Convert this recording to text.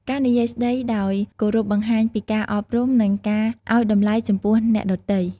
ការនិយាយស្តីដោយគោរពបង្ហាញពីការអប់រំ និងការឱ្យតម្លៃចំពោះអ្នកដទៃ។